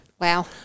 Wow